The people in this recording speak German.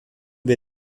wir